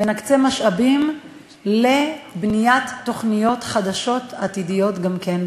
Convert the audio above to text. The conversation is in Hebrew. ונקצה משאבים לבניית תוכניות חדשות עתידיות גם כן,